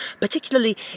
particularly